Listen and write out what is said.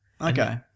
Okay